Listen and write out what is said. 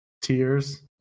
Tears